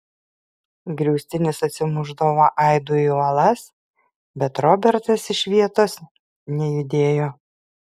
griaustinis atsimušdavo aidu į uolas bet robertas iš vietos nejudėjo